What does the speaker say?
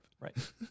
right